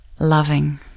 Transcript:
loving